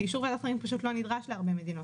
אישור הוועדה אינו נדרש בהרבה מקרים.